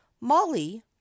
molly